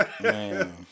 Man